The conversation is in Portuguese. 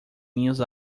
minhas